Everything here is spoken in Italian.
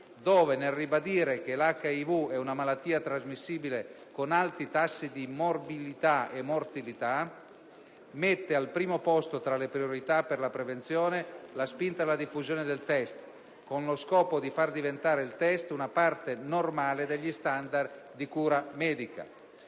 cui*, nel ribadire che l'HIV è una malattia trasmissibile con alti tassi di morbilità e mortalità, mette al primo posto tra le priorità per la prevenzione la spinta alla diffusione del test*,* con lo scopo di farlo diventare una parte normale degli standard di cura medica.